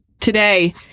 Today